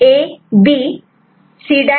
D6 ABC